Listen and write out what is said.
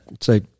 say